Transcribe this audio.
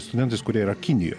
studentais kurie yra kinijoj